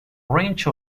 range